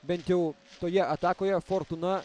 bent jau toje atakoje fortūna